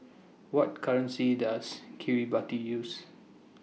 What currency Does Kiribati use